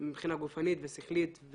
מבחינה גופנית ושכלית,